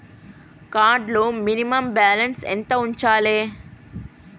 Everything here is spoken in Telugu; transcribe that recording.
కార్డ్ లో మినిమమ్ బ్యాలెన్స్ ఎంత ఉంచాలే?